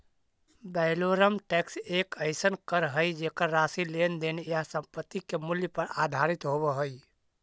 valorem tax एक अइसन कर हइ जेकर राशि लेन देन या संपत्ति के मूल्य पर आधारित होव हइ